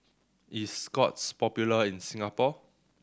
is Scott's popular in Singapore